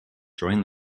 join